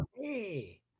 Hey